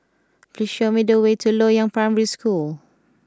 please show me the way to Loyang Primary School